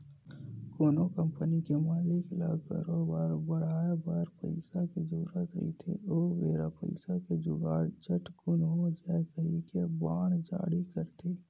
कोनो कंपनी के मालिक ल करोबार बड़हाय बर पइसा के जरुरत रहिथे ओ बेरा पइसा के जुगाड़ झटकून हो जावय कहिके बांड जारी करथे